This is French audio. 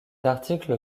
article